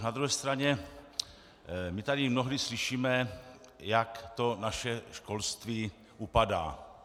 Na druhé straně, my tady mnohdy slyšíme, jak to naše školství upadá.